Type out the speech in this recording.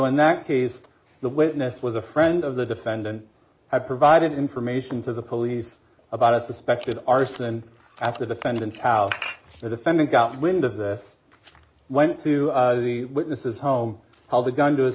in that case the witness was a friend of the defendant i provided information to the police about a suspected arson after defendants how the defendant got wind of this went to the witnesses home held a gun to his